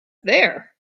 there